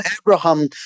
Abraham